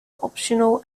optional